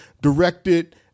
directed